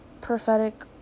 prophetic